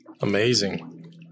Amazing